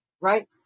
right